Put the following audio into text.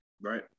Right